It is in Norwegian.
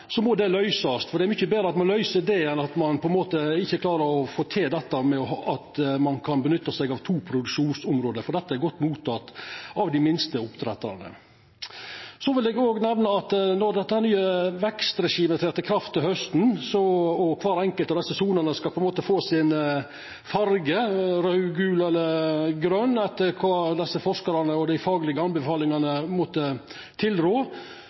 det må løysast, for det er mykje betre at ein løyser det enn at ein ikkje klarar å få til at ein kan nytta to produksjonsområde – dette er godt motteke av dei minste som driv med oppdrett. Så vil eg òg nemne at når dette nye vekstregimet trer i kraft til hausten, og kvar enkelt av desse sonene skal få sin farge – raud, gul eller grøn, etter kva forskarane og dei faglege anbefalingane måtte tilrå